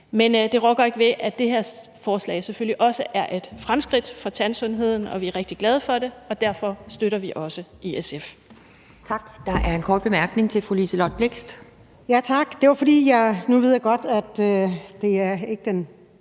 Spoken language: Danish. Men det rokker ikke ved, at det her forslag selvfølgelig også er et fremskridt for tandsundheden, og vi er rigtig glade for det, og derfor støtter vi det også i SF.